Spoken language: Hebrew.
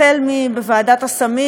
החל בוועדת הסמים,